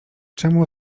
czemu